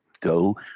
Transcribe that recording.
go